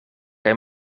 kaj